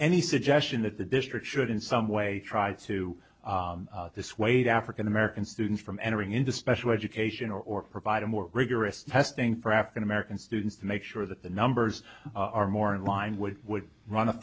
any suggestion that the district should in some way try to dissuade african american students from entering into special education or provide a more rigorous testing for african american students to make sure that the numbers are more in line would would run